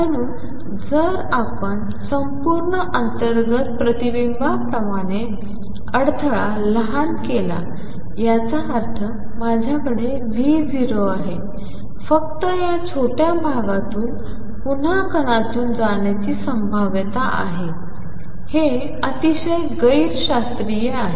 म्हणून जर आपण संपूर्ण अंतर्गत प्रतिबिंबाप्रमाणे अडथळा लहान केला याचा अर्थ माझ्याकडे V0आहे फक्त या छोट्या भागातून पुन्हा कणातून जाण्याची संभाव्यता आहे हे अतिशय गैर शास्त्रीय आहे